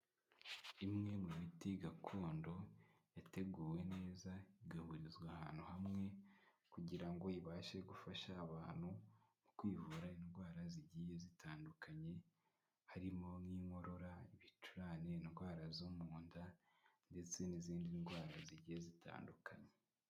Imwe mu miti gakondo yateguwe neza igahurizwa ahantu hamwe kugira ngo ibashe gufasha abantu mu kwivura indwara zigiye zitandukanye harimo n'inkorora , ibicurane, indwara zo mu nda ndetse n'izindi ndwara zigiye zitandukanye.